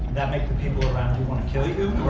that make the people around you want to kill you,